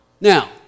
Now